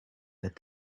that